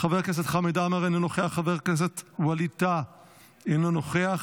חבר הכנסת חמד עמאר, אינו נוכח,